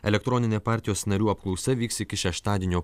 elektroninė partijos narių apklausa vyks iki šeštadienio